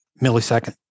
millisecond